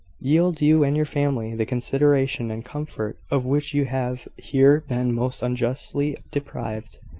yield you and your family the consideration and comfort of which you have here been most unjustly deprived.